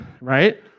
right